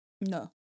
No